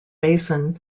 basin